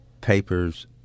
papers